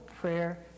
prayer